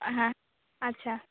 হ্যাঁ আচ্ছা